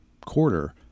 quarter